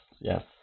yes